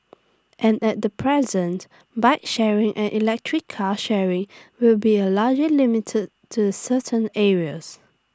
and at the present bike sharing and electric car sharing with be largely limited to certain areas